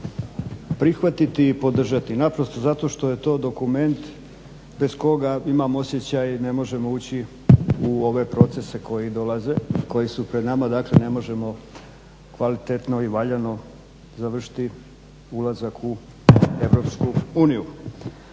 prihvatiti i podržati naprosto zato što je to dokument bez koga imam osjećaj ne možemo ući u ove procese koji dolaze, koji su pred nama. Dakle, ne možemo kvalitetno i valjano završiti ulazak u EU.